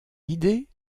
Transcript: idée